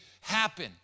happen